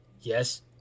Yes